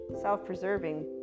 self-preserving